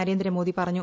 നരേന്ദ്ര മോദി പറഞ്ഞു